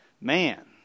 man